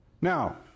Now